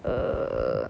err